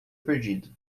perdido